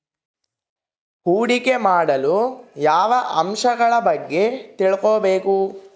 ಹೂಡಿಕೆ ಮಾಡಲು ಯಾವ ಅಂಶಗಳ ಬಗ್ಗೆ ತಿಳ್ಕೊಬೇಕು?